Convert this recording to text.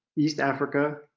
east africa,